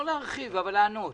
לא להרחיב, אבל לענות.